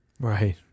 right